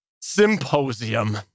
Symposium